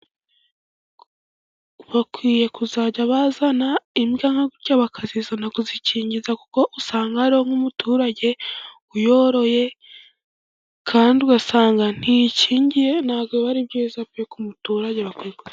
Bakwiye kuzajya bazana imbwa nka gutya bakazizana kuzikingiza. Kuko usanga ari nk'umuturage uyoroye , kandi ugasanga ntikingiye , ntago biba ari byiza pe kumuturage.